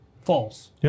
false